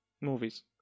movies